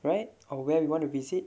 right or where you want to visit